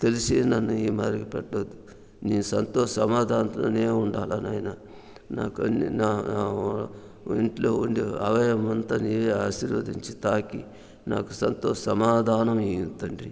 తెలిసే నన్ను ఈ మాదిరిగా పెట్టావు నీ సత్య సమాధానంతోనే ఉండాలి నాయనా నాకు అన్ని నా నా ఒంట్లో ఉండే అవయవమంతా నీవే ఆశీర్వదించి తాకి నాకు సత్య సమాధానాలు ఇవ్వు తండ్రి